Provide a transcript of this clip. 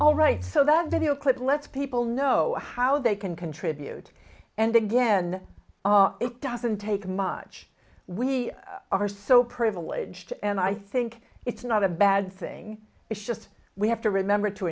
all right so that video clip lets people know how they can contribute and again it doesn't take much we are so privileged and i think it's not a bad thing it's just we have to remember to